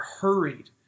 hurried